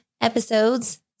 episodes